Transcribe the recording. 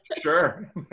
sure